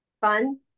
Fun